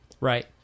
Right